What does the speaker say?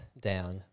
down